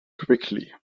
quickly